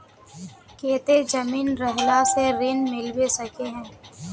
केते जमीन रहला से ऋण मिलबे सके है?